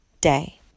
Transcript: day